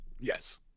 Yes